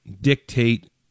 dictate